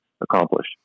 accomplish